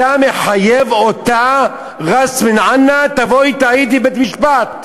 אתה מחייב אותה "ראס בין עינה": תבואי ותעידי בבית-המשפט.